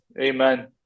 Amen